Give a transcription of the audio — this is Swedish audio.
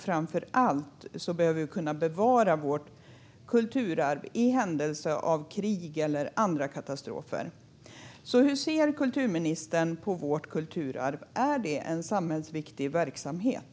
Framför allt behöver vi kunna bevara vårt kulturarv i händelse av krig eller andra katastrofer. Hur ser kulturministern på vårt kulturarv? Är det en samhällsviktig verksamhet?